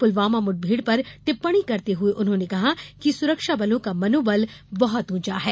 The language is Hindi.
पुलवामा मुठभेड़ पर टिप्पणी करते हुए उन्होंने कहा कि सुरक्षाबलों का मनोबल बहुत ऊंचा है